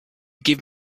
give